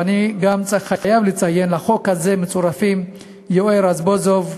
ואני גם חייב לציין כי לחוק הזה מצורפים יואל רזבוזוב,